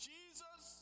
Jesus